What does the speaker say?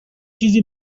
چیزی